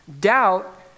Doubt